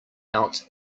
out